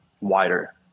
wider